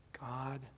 God